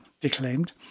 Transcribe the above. declaimed